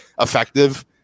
effective